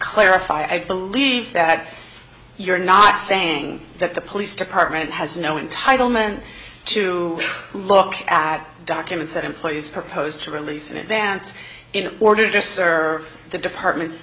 clarify i believe that you're not saying that the police department has no entitle men to look at documents that employees propose to release in advance in order to serve the department